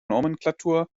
nomenklatur